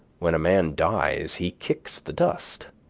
when a man dies he kicks the dust.